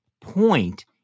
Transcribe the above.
point